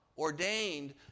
Ordained